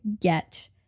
get